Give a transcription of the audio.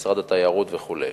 משרד התיירות וכו'.